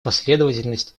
последовательность